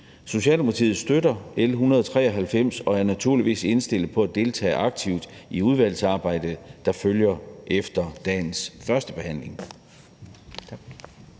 Socialdemokratiet støtter L 193 og er naturligvis indstillet på at deltage aktivt i udvalgsarbejdet, der følger efter dagens førstebehandling.